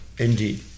Indeed